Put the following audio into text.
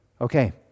Okay